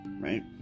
right